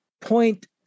point